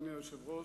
אדוני היושב-ראש,